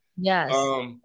Yes